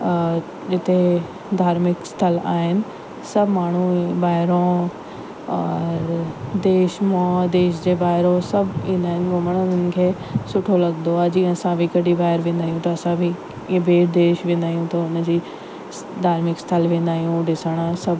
हिते धार्मिक स्थल आहिनि सभु माण्हू ॿाहिरां और देश मां देश जे ॿाहिरां सभु ईंदा आहिनि घुमण हुननि खे सुठो लॻंदो आहे जीअं असां बि कॾहिं ॿाहिरि वेंदा आहियूं त असां बि इअं ॿिएं देश वेंदा आहियूं त हुनजी धार्मिक स्थल वेंदा आहियूं ॾिसण सभु